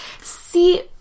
See